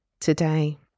today